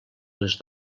les